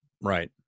Right